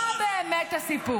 אין יותר נמוך מהדבר הזה.